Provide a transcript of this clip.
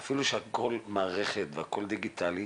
אפילו שהכול מערכת והכול דיגיטלי,